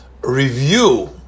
review